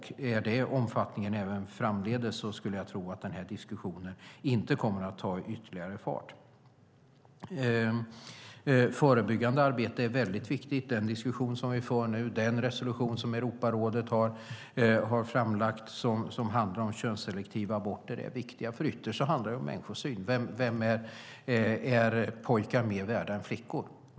Är detta omfattningen även framdeles skulle jag tro att denna diskussion inte kommer att ta ytterligare fart. Förebyggande arbete är väldigt viktigt. Den diskussion vi för nu och den resolution om könsselektiva aborter som Europarådet har framlagt är viktiga. Ytterst handlar det nämligen om människosyn - är pojkar mer värda än flickor?